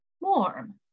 warm